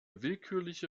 willkürliche